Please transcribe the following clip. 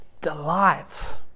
delight